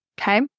okay